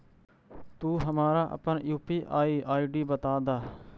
तू हमारा अपन यू.पी.आई आई.डी बता दअ